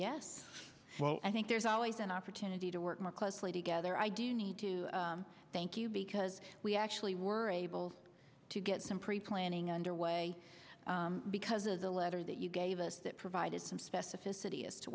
yes well i think there's always an opportunity to work more closely together i do need to thank you because we actually were able to get some pre planning underway because of the letter that you gave us that provided some specificity